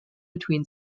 between